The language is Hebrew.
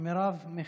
מרב מיכאלי.